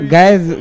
Guys